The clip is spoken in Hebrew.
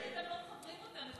כי אתם לא מחברים אותם.